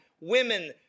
women